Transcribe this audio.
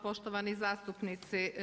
Poštovani zastupnici.